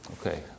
Okay